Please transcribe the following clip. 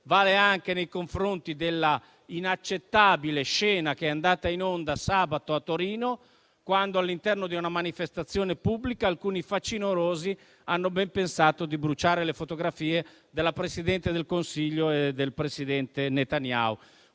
- nei confronti della inaccettabile scena che è accaduta sabato a Torino, quando, all'interno di una manifestazione pubblica, alcuni facinorosi hanno ben pensato di bruciare le fotografie della Presidente del Consiglio e del presidente Netanyahu.